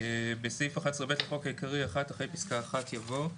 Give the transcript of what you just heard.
בסעיף 11(ב) לחוק העיקרי אחרי פסקה (1) יבוא: